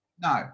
No